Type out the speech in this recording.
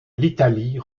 l’italie